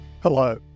Hello